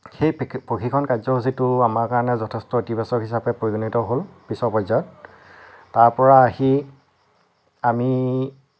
সেই প্ৰশিক্ষণ কাৰ্যসূচীটো আমাৰ কাৰণে যথেষ্ট ইতিবাচক হিচাপে পৰিগণিত হ'ল পিছৰ পৰ্যায়ত তাৰপৰা আহি আমি